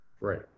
Right